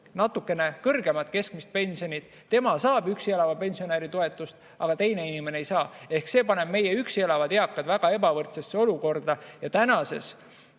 natukene kõrgemat keskmist pensionit. Tema saab üksi elava pensionäri toetust, aga teine inimene ei saa. Ehk see paneb meie üksi elavad eakad väga ebavõrdsesse olukorda. Tänases